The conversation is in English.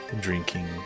drinking